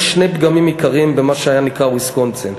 היו שני פגמים עיקריים במה שנקרא ויסקונסין.